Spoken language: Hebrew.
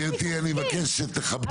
סליחה, גברתי אני מבקש שתכבדי.